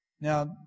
Now